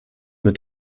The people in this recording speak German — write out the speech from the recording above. mit